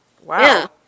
Wow